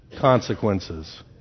consequences